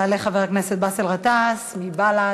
יעלה חבר הכנסת באסל גטאס מבל"ד,